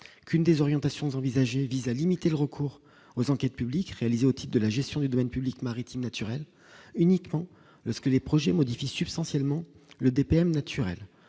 qu'une des orientations envisagées visent à limiter le recours aux enquêtes publiques réalisé au type de la gestion du domaine public maritime naturel uniquement lorsque les projets modifie substantiellement le BPM naturel